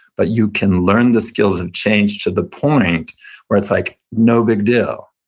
but you can learn the skills and change, to the point where it's like no big deal.